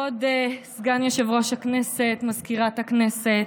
כבוד סגן יושב-ראש הכנסת, מזכירת הכנסת,